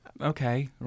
Okay